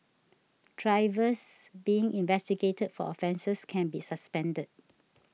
drivers being investigated for offences can be suspended